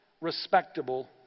respectable